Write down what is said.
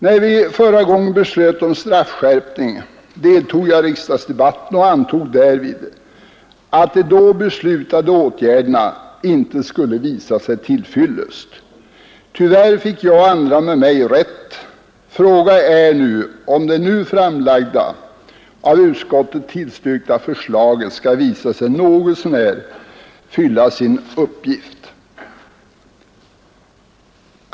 När vi förra gången beslöt om en straffskärpning deltog jag i riksdagsdebatten och antog därvid att de då beslutade åtgärderna inte skulle vara till fyllest. Tyvärr fick jag och andra med mig rätt i det fallet. Fråga är om det nu framlagda och av utskottet tillstyrkta förslaget skall visa sig något så när fylla sin uppgift.